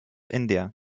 india